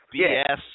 BS